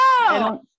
No